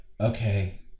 okay